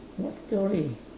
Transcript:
what story